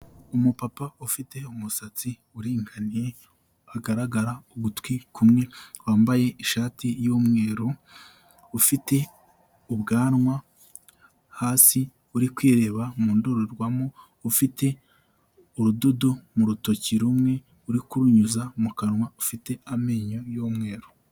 Umupapa ufite umusatsi uringaniye, hagaragara ugutwi kumwe, wambaye ishati y'umweru, ufite ubwanwa hasi, uri kwireba mu ndorerwamo, ufite urudodo mu rutoki rumwe uri kurunyuza mu kanwa, ufite amenyo y'umweru.